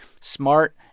smart